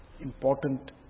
important